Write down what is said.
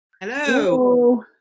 Hello